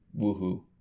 Woohoo